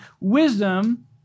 wisdom